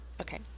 Okay